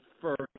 first